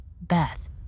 Beth